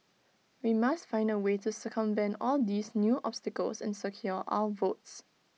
we must find A way to circumvent all these new obstacles and secure our votes